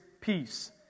peace